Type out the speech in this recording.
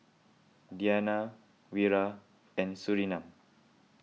Diyana Wira and Surinam